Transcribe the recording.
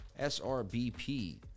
SRBP